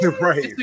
Right